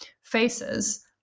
faces